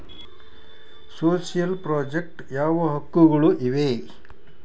Social project ಯಾವ ಯಾವ ಹಕ್ಕುಗಳು ಇವೆ?